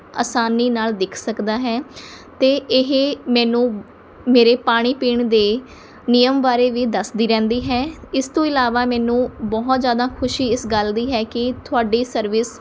ਅਸਾਨੀ ਨਾਲ਼ ਦਿੱਖ ਸਕਦਾ ਹੈ ਅਤੇ ਇਹ ਮੈਨੂੰ ਮੇਰੇ ਪਾਣੀ ਪੀਣ ਦੇ ਨਿਯਮ ਬਾਰੇ ਵੀ ਦੱਸਦੀ ਰਹਿੰਦੀ ਹੈ ਇਸ ਤੋਂ ਇਲਾਵਾ ਮੈਨੂੰ ਬਹੁਤ ਜ਼ਿਆਦਾ ਖੁਸ਼ੀ ਇਸ ਗੱਲ ਦੀ ਹੈ ਕਿ ਤੁਹਾਡੀ ਸਰਵਿਸ